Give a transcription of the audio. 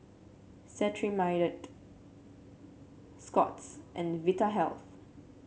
Cetrimide Scott's and Vitahealth